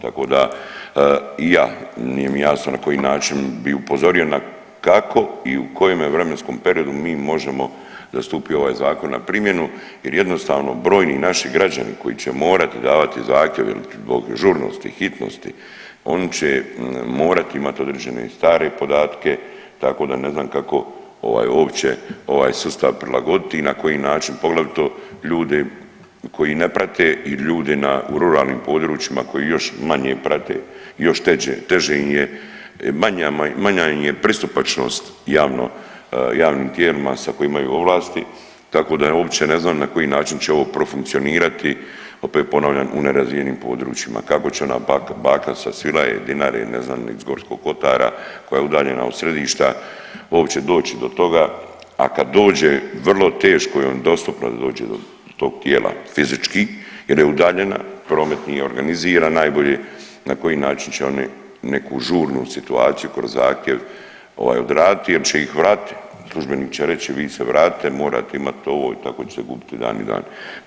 Tako da i ja nije mi jasno na koji način bi upozorio na kako i u kojemu vremenskom periodu mi možemo da stupi ovaj zakon na primjenu jer jednostavno brojni naši građani koji će morati davati zahtjeve zbog žurnosti i hitnosti oni će morati imat određene stare podatke tako da ne znam kako ovaj uopće ovaj sustav prilagoditi i na koji način poglavito ljudi koji ne prate i ljudi na, u ruralnim područjima koji još manje prate, još teže im je, manja im je pristupačnost javno, javnim tijelima sa kojima imaju ovlasti, tako da uopće ne znam na koji način će ovo profunkcionirati, opet ponavljam u nerazvijenim područjima, kako će ona baka sa Svilaje, Dinare, ne znam iz Gorskog kotara koja je udaljena od središta uopće doći do toga, a kad dođe vrlo teško joj je dostupno da dođe do tog tijela fizički jer je udaljena, promet nije organiziran najbolje, na koji način će oni neku žurnu situaciju kroz zahtjev ovaj odraditi jer će ih vratiti, službenik će reći vi se vratite, morate imat ovo i tako će se gubiti dani i dani.